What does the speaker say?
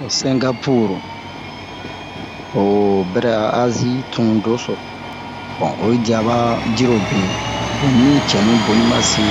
wo sɛngapur ho bɛrɛ a Azi tun doso bon oyi diya ɓa dirobe wo mi cɛnu boni base